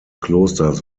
klosters